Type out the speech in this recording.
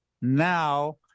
now